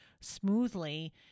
smoothly